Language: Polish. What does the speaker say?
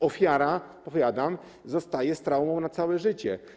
Ofiara, powiadam, zostaje z traumą na całe życie.